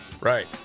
right